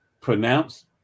pronounced